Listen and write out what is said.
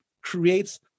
creates